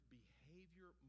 behavior